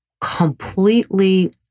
completely